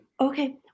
Okay